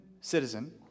citizen